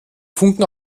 funken